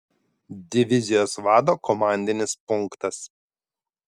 divizijos vado komandinis punktas